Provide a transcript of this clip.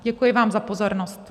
Děkuji vám za pozornost.